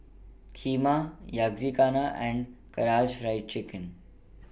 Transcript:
Kheema Yakizakana and Karaage Fried Chicken